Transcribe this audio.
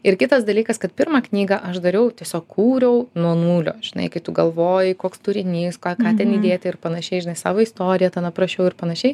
ir kitas dalykas kad pirmą knygą aš dariau tiesiog kūriau nuo nulio žinai kai tu galvoji koks turinys ką ką ten įdėti ir panašiai žinai savo istoriją ten aprašiau ir panašiai